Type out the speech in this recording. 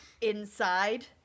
inside